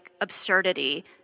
absurdity